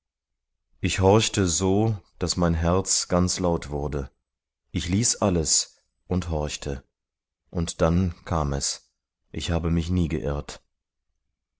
ich horchte so daß mein herz ganz laut wurde ich ließ alles und horchte und dann kam es ich habe mich nie geirrt